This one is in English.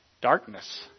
darkness